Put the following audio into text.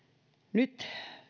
nyt